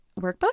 workbook